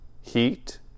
Heat